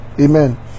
Amen